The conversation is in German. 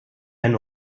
ein